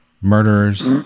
murderers